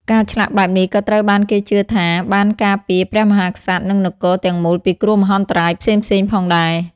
ការឆ្លាក់បែបនេះក៏ត្រូវបានគេជឿថាបានការពារព្រះមហាក្សត្រ និងនគរទាំងមូលពីគ្រោះមហន្តរាយផ្សេងៗផងដែរ។